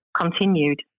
continued